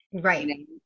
Right